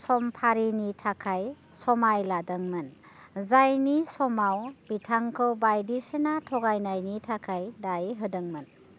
समफारिनि थाखाय समाय लादोंमोन जायनि समाव बिथांखौ बायदसिना थगायनायनि थाखाय दाय होदोंमोन